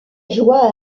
joie